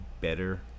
better